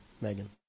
Megan